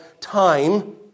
time